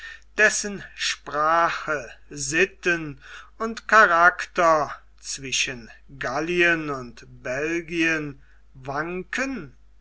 dessen sprache sitten und charakter zwischen gallien und belgien wanken